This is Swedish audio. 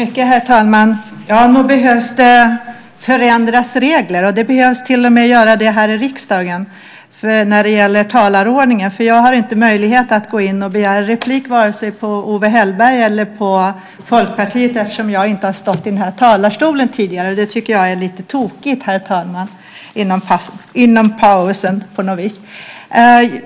Herr talman! Ja, nog behöver det förändras regler. Det behöver till och med göras här i riksdagen när det gäller talarordningen, för jag har inte möjlighet att gå in och begära replik vare sig på Owe Hellberg eller på Folkpartiet eftersom jag inte har stått i den här talarstolen tidigare. Det tycker jag är lite tokigt, herr talman.